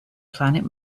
planet